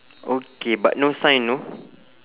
okay but no sign know